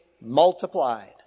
multiplied